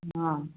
हाँ